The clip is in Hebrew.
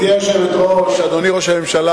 גברתי היושבת-ראש, אדוני ראש הממשלה,